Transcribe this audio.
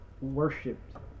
worshipped